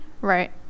Right